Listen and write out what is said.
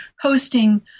hosting